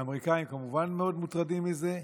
האמריקאים, כמובן, מאוד מוטרדים מזה,